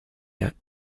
yet